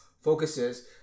focuses